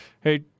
Hey